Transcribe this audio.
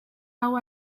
hau